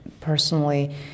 personally